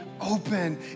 open